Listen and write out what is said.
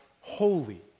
holy